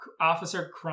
Officer